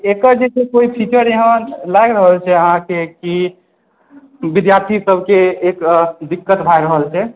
एकर जे छै कोइ फ्यूचर यहाँ लागि रहल छै अहाँकेँ की विद्यार्थीसभके एतय दिक्कत भए रहल छै